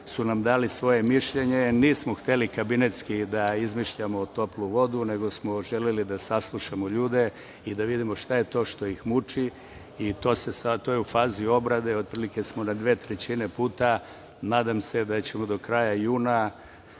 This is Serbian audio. su nam dali svoje mišljenje. Nismo hteli kabinetski da izmišljamo toplu vodu, nego smo želeli da saslušamo ljude i da vidimo to što ih muči i to je u fazi obrade. Otprilike smo na dve trećine puta. Nadam se da ćemo do kraja juna